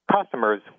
customers